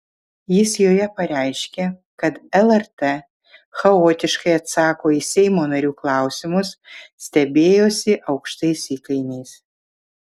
jis joje pareiškė kad lrt chaotiškai atsako į seimo narių klausimus stebėjosi aukštais įkainiais